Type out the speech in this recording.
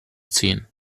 ziehen